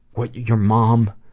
what your mom.